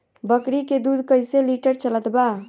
बकरी के दूध कइसे लिटर चलत बा?